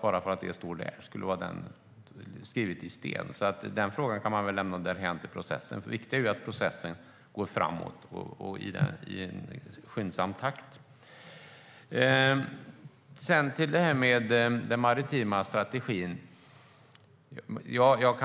Bara för att det står där kan det inte vara hugget i sten. Så den frågan kan man lämna över till processen. Det viktiga är ju att processen går framåt i skyndsam takt. Jag tycker att det är väldigt bra att den maritima strategin är